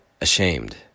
ashamed